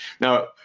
Now